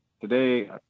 Today